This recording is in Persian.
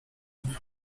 کنم